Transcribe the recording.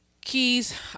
Keys